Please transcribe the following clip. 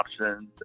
options